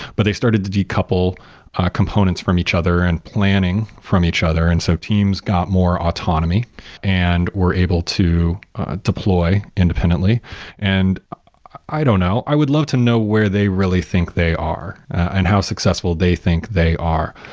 but they started to decouple components from each other and planning from each other. and so teams got more autonomy and were able to ah deploy independently and i don't know. i would love to know where they really think they are and how successful they think they are.